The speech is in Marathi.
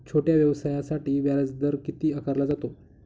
छोट्या व्यवसायासाठी व्याजदर किती आकारला जातो?